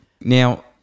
Now